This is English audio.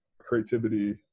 creativity